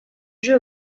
jeux